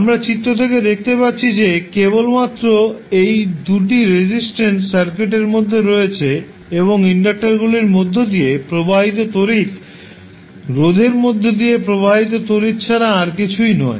আমরা চিত্র থেকে দেখতে পাচ্ছি যে কেবলমাত্র এই 2 টি রেজিস্ট্যান্স সার্কিটের মধ্যে রয়েছে এবং ইন্ডাক্টারগুলির মধ্য দিয়ে প্রবাহিত তড়িৎ রোধের মধ্য দিয়ে প্রবাহিত তড়িৎ ছাড়া আর কিছুই নয়